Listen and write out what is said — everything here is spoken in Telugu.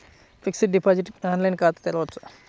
ఫిక్సడ్ డిపాజిట్ ఆన్లైన్ ఖాతా తెరువవచ్చా?